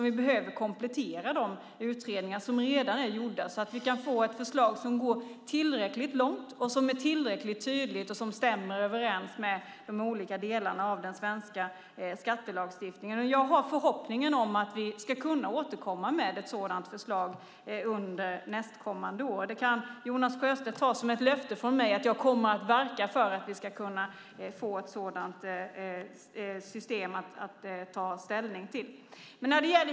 Vi behöver komplettera de utredningar som är gjorda så att vi kan få ett förslag som går tillräckligt långt, är tillräckligt tydligt och stämmer överens med de olika delarna av den svenska skattelagstiftningen. Jag har en förhoppning om att vi ska kunna återkomma med ett förslag under nästkommande år. Jonas Sjöstedt kan ta det som ett löfte från mig att jag kommer att verka för att vi ska kunna få ett sådant system att ta ställning till.